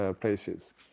places